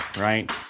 right